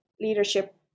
leadership